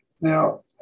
Now